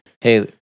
Hey